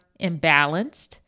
imbalanced